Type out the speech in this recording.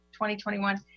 2021